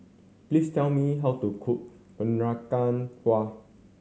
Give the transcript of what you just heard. please tell me how to cook Peranakan Kueh